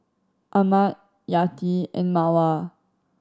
ahmad Yati and Mawar